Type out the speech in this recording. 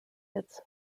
hits